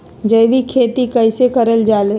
जैविक खेती कई से करल जाले?